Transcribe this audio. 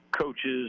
coaches